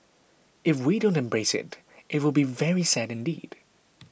if we don't embrace it it will be very sad indeed